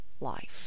life